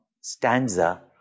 stanza